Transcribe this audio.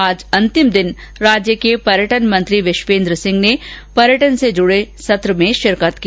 आज अंतिम दिन राज्य के पर्यटन मंत्री विश्ववेंद्र सिंह ने राज्य के पर्यटन से जुडे सत्र में शिरकत की